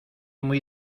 muy